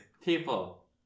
People